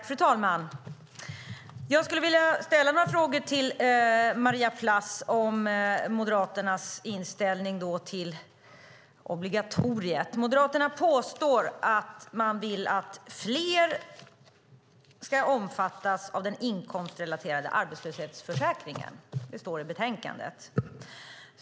Fru talman! Jag skulle vilja ställa några frågor till Maria Plass om Moderaternas inställning till obligatoriet. Moderaterna påstår att man vill att fler ska omfattas av den inkomstrelaterade arbetslöshetsförsäkringen. Det står i betänkandet.